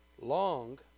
long